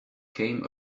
came